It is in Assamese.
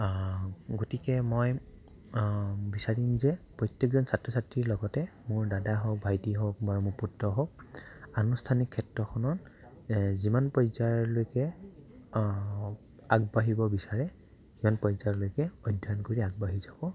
গতিকে মই বিচাৰিম যে প্ৰত্যেকজন ছাত্ৰ ছাত্ৰীৰ লগতে মোৰ দাদা হওক ভাইটি হওক বা মোৰ পুত্ৰ হওক আনুষ্ঠানিক ক্ষেত্ৰখনৰ যিমান পৰ্যায়ৰলৈকে আগবাঢ়িব বিচাৰে সিমান পৰ্যায়ৰলৈকে অধ্যয়ন কৰি আগবাঢ়ি যাব